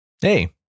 Hey